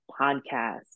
podcast